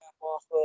off